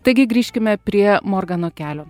taigi grįžkime prie morgano kelio